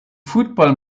football